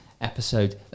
episode